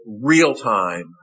real-time